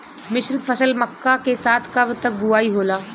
मिश्रित फसल मक्का के साथ कब तक बुआई होला?